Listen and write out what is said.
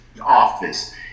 office